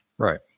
Right